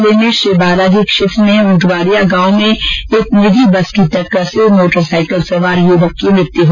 नागौर जिले में श्रीबालाजी क्षेत्र में ऊॅटवालिया गांव में एक निजी बस की टक्कर से मोटर साईकिल सवार युवक की मृत्यु हो गई